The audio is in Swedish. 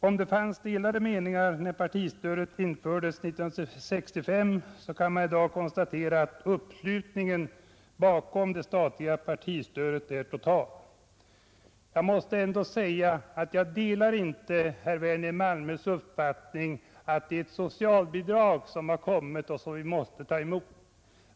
Om det fanns delade meningar när stödet infördes 1965, kan man i dag konstatera, att uppslutningen bakom det statliga partistödet är total. Jag måste säga att jag inte delar herr Werners i Malmö uppfattning att det är ett socialbidrag som har kommit och som vi måste ta emot.